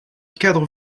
cadre